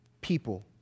people